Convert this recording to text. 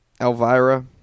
Elvira